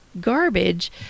garbage